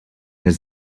his